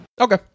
Okay